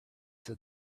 said